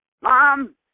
Mom